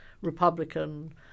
Republican